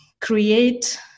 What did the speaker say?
create